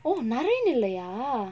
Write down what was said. oh naren இல்லயா:illayaa